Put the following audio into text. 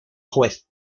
juez